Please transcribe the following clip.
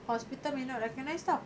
hospital may not recognise [tau]